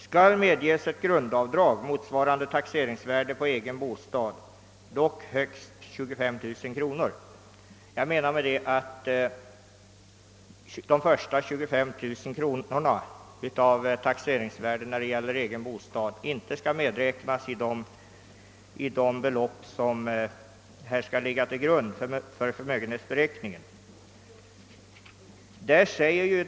skall medgivas ett grundavdrag motsvarande taxeringsvärdet på egen bostad dock högst 25 000 kronor», menar jag att de första 25 000 kronorna av taxeringsvärdet för egen bostad inte skall medräknas i det belopp som. skall läggas till grund för förmögenhetsberäkningen.